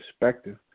perspective